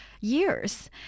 years